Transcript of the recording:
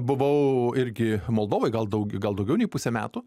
buvau irgi moldovoj gal gal daugiau nei pusę metų